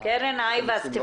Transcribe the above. איוס.